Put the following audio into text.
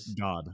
God